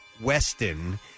Weston